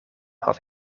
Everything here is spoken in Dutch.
had